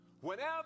Whenever